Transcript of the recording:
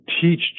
Teach